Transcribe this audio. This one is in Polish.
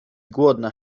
głodna